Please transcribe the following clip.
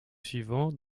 suivant